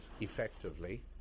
effectively